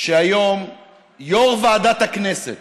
שהיום יו"ר ועדת הכנסת